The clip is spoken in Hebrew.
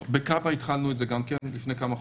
בכב"א התחלנו את זה לפני כמה חודשים.